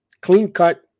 clean-cut